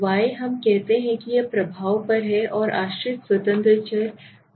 Y हम कहते हैं वह प्रभाव पर है और आश्रित स्वतंत्र चर X है